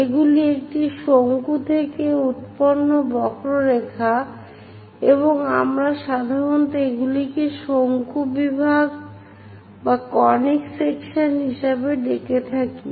এগুলি একটি শঙ্কু থেকে উত্পন্ন বক্ররেখা এবং আমরা সাধারণত এগুলিকে শঙ্কু বিভাগ হিসাবে ডেকে থাকি